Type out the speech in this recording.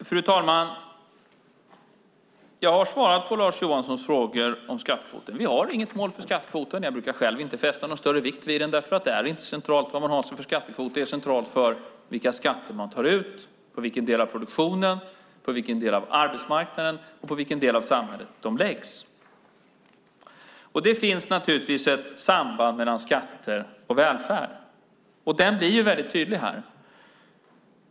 Fru talman! Jag har svarat på Lars Johanssons frågor om skattekvoten. Vi har inget mål för skattekvoten. Jag brukar själv inte fästa någon större vikt vid den. Det är nämligen inte centralt vad man har för skattekvot, utan det centrala är vilka skatter man tar ut och på vilken del av produktionen, arbetsmarknaden och samhället de läggs. Det finns naturligtvis ett samband mellan skatter och välfärd. Det blir väldigt tydligt här.